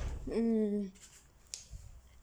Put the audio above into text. mm